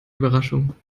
überraschung